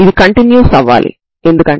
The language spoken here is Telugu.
దీనికి పరిష్కారాలు ఏమిటి